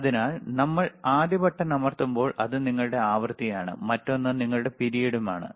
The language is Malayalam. അതിനാൽ നമ്മൾ ആദ്യ ബട്ടൺ അമർത്തുമ്പോൾ അത് നിങ്ങളുടെ ആവൃത്തിയാണ് മറ്റൊന്ന് നിങ്ങളുടെ പിരിയടും ആണ്